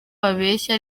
babeshya